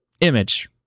Image